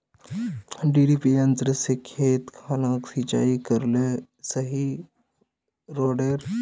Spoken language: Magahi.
डिरिपयंऋ से खेत खानोक सिंचाई करले सही रोडेर?